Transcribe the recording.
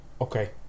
Okay